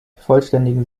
vervollständigen